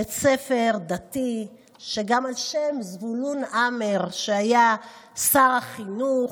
בית ספר דתי על שם זבולון המר, שהיה שר החינוך.